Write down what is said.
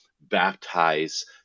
baptize